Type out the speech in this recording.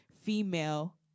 female